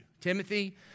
Timothy